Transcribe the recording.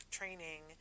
training